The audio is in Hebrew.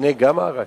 גם עראק?